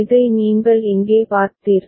இதை நீங்கள் இங்கே பார்த்தீர்கள்